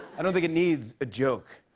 i don't think it needs a joke.